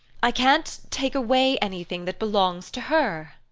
i can't take away anything that belongs to her.